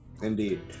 Indeed